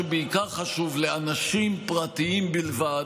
ומה שבעיקר חשוב: מאנשים פרטיים בלבד,